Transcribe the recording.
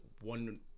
one